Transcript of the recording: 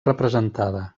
representada